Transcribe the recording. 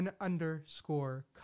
underscore